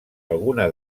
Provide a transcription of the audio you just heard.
alguna